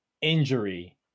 injury